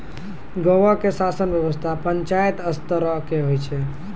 गांवो के शासन व्यवस्था पंचायत स्तरो के होय छै